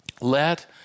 Let